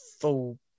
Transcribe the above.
full